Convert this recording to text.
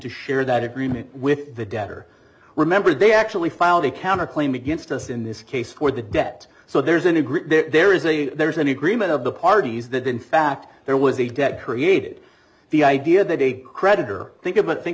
to share that agreement with the debtor remember they actually filed a counterclaim against us in this case for the debt so there's a new group there is a there is an agreement of the parties that in fact there was a debt created the idea that a creditor think about think